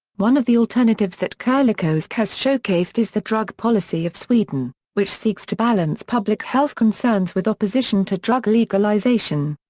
one of the alternatives that kerlikowske has showcased is the drug policy of sweden, which seeks to balance public health concerns with opposition to drug legalization.